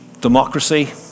democracy